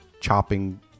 chopping